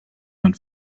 man